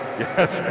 yes